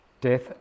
death